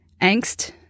angst